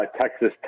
Texas